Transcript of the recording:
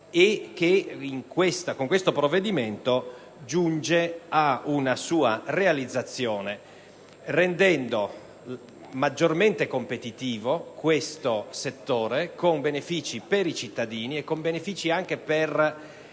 e che con questo provvedimento giunge a realizzazione, rendendo maggiormente competitivo tale settore, con benefici per i cittadini, nonché per